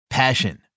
Passion